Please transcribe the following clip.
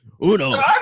Uno